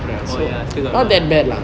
oh ya still got